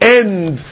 end